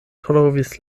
trovis